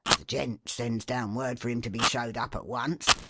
the gent sends down word for him to be showed up at once,